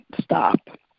stop